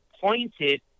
pointed